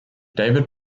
david